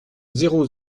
zéro